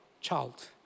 child